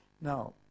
Now